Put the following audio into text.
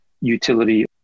utility